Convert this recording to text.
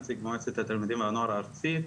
נציג מועצת התלמידים והנוער הארצי,